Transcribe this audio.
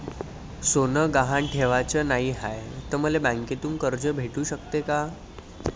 सोनं गहान ठेवाच नाही हाय, त मले बँकेतून कर्ज भेटू शकते का?